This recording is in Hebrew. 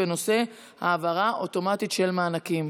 בנושא: העברה אוטומטית של מענקים.